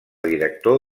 director